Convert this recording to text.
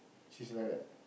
she's like that